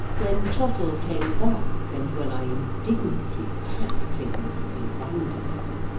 when trottle came back, and when i indignantly taxed him with philandering,